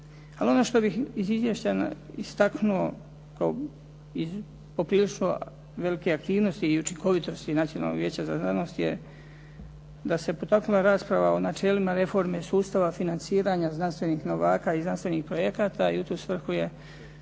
Ali ono što bih iz izvješća istaknuo kao poprilično velike aktivnosti i učinkovitosti Nacionalnog vijeća za znanost je da se potaknula rasprava o načelima reforme sustava financiranja znanstvenih novaka i znanstvenih projekata i u tu svrhu je